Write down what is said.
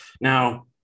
Now